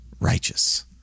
righteous